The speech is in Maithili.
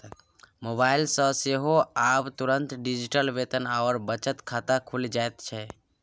मोबाइल सँ सेहो आब तुरंत डिजिटल वेतन आओर बचत खाता खुलि जाइत छै